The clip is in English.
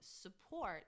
support